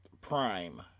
prime